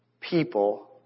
people